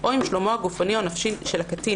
או אם שלומו הגופני או הנפשי של הקטין